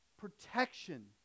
protection